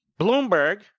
Bloomberg